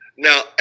Now